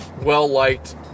well-liked